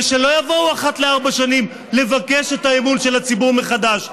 ושלא יבואו אחת לארבע שנים לבקש את אמון הציבור מחדש.